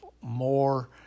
more